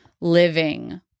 living